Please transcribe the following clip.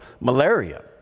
malaria